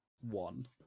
one